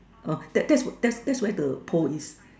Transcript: uh that that's where that's where the pole is